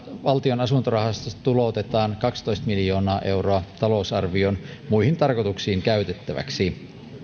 valtion asuntorahastosta tuloutetaan kaksitoista miljoonaa euroa talousarvioon muihin tarkoituksiin käytettäväksi